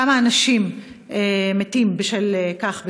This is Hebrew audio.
כמה אנשים מתים בשל כך בשנה?